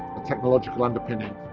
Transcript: a technological underpinning,